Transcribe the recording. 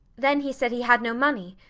then he said he had no money.